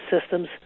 systems